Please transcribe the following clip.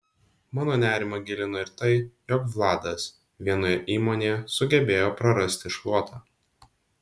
mano nerimą gilino ir tai jog vladas vienoje įmonėje sugebėjo prarasti šluotą